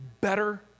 better